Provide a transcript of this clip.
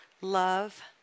love